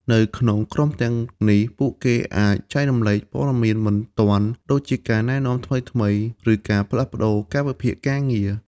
នៅក្នុងក្រុមទាំងនេះ ពួកគេអាច ចែករំលែក ព័ត៌មានបន្ទាន់ ដូចជាការណែនាំថ្មីៗ ឬការផ្លាស់ប្ដូរកាលវិភាគការងារ។